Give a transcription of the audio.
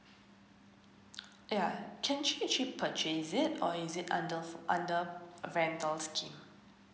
yeah can she actually purchase it or is it under under rental scheme